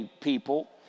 people